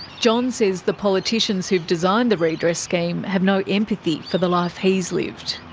john says the politicians who've designed the redress scheme have no empathy for the life he's lived.